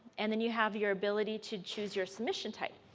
and then you have your ability to choose your submission type.